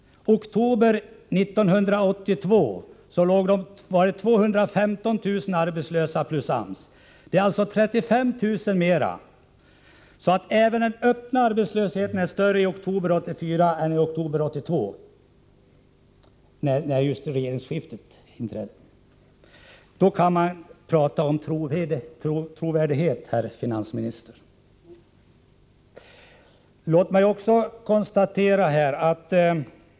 I oktober 1982 var 215 000 arbetslösa, inkl. dem som var föremål för AMS-åtgärder. Det är alltså 35 000 fler nu. Även den öppna arbetslösheten är alltså större i oktober 1984 än den var i oktober 1982, dvs. vid regeringsskiftet. Då kan man tala om trovärdighet, herr finansminister!